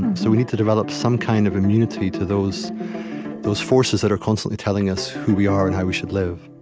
and so we need to develop some kind of immunity to those those forces that are constantly telling us who we are and how we should live